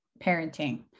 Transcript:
parenting